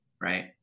Right